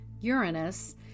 Uranus